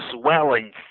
swelling